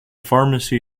pharmacy